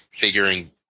figuring